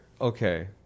okay